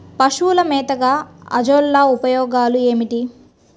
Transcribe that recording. పశువుల మేతగా అజొల్ల ఉపయోగాలు ఏమిటి?